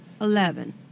Eleven